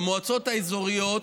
במועצות האזוריות,